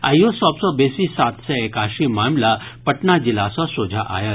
आइयो सभ सँ बेसी सात सय एकासी मामिला पटना जिला सँ सोझा आयल